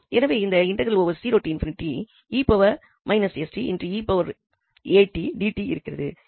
எனவே இந்த இருக்கிறது